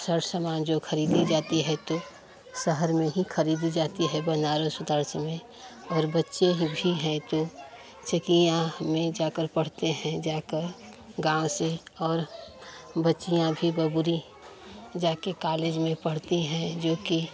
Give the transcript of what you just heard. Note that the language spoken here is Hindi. सर सामान जो खरीदी जाती है शहर में हीं खरीदी जाती है बनारस उनारस में और बच्चे भी हैं तो जैसे कि यहाँ में जा कर पढ़ते हैं जाकर गाँव से और बच्चियाँ भी बगुरी जा के कालेज में पढ़ती है जो कि